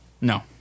No